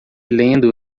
lendo